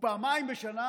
ופעמיים בשנה